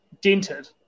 dented